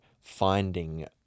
finding